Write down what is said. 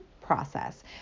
process